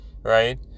Right